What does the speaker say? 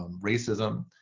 um racism,